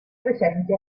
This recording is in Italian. presenti